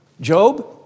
Job